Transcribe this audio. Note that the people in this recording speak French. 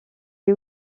est